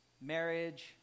marriage